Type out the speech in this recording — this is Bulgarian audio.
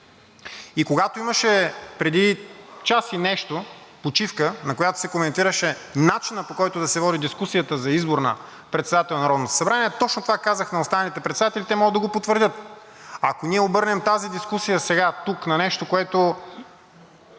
Когато имаше преди час и нещо почивка, на която се коментираше начинът, по който да се води дискусията за избор на председател на Народното събрание, точно това казах на останалите председатели – те могат да го потвърдят, ако ние обърнем тази дискусия сега тук на нещо, което